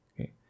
okay